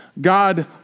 God